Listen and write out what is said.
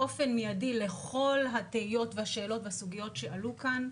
באופן מיידי לכל התהיות והשאלות והסוגיות שעלו כאן.